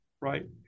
Right